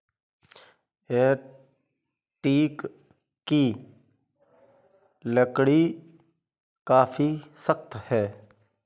यह टीक की लकड़ी काफी सख्त है